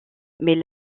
mais